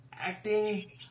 acting